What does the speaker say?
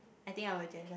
I think I will jealous